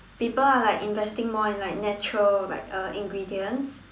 people are like investing more in like natural like uh ingredients